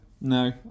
no